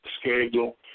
schedule